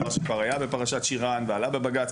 דבר שכבר היה בפרשת שירן ועלה בבג"ץ,